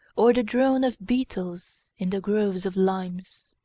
or the drone of beetles in the groves of limes.